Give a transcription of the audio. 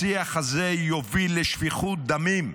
השיח הזה יוביל לשפיכות דמים.